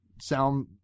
sound